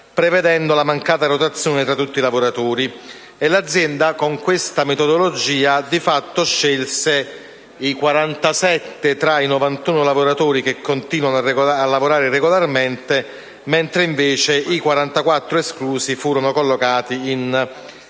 prevedendo la mancata rotazione fra tutti i lavoratori. L'azienda, con questa metodologia, di fatto scelse i 47 tra i 91 lavoratori che continuano a lavorare regolarmente mentre, invece, i 44 esclusi furono collocati in cassa